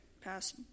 passed